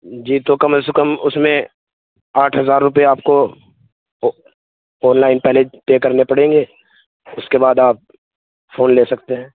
جی تو کم از کم اس میں آٹھ ہزار روپیہ آپ کو آن لائن پہلے پے کرنے پڑیں گے اس کے بعد آپ فون لے سکتے ہیں